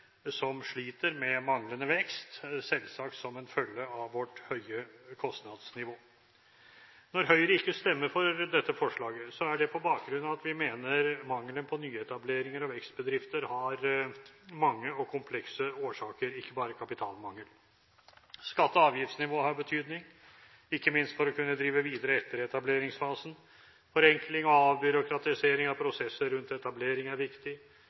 som sliter med manglende vekst – selvsagt som en følge av vårt høye kostnadsnivå. Når Høyre ikke stemmer for dette forslaget, er det på bakgrunn av at vi mener mangelen på nyetableringer og vekstbedrifter har mange og komplekse årsaker, ikke bare kapitalmangel. Skatte- og avgiftsnivået har betydning, ikke minst for å kunne drive videre i etteretableringsfasen. Forenkling og avbyråkratisering av prosesser rundt etablering er viktig.